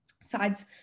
sides